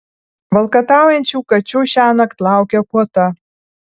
valkataujančių kačių šiąnakt laukia puota